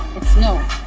it's no.